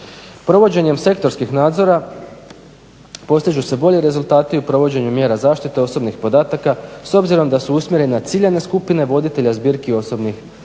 Provođenjem sektorskih nadzora postižu se bolji rezultati u provođenju mjera zaštite osobnih podataka s obzirom da su usmjereni na ciljane skupine voditelja zbirki osobnih podatka.